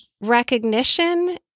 recognition